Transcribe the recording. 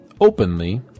openly